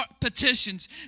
petitions